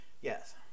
Yes